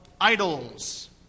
idols